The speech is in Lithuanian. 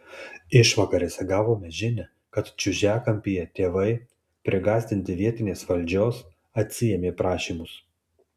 išvakarėse gavome žinią kad čiužiakampyje tėvai prigąsdinti vietinės valdžios atsiėmė prašymus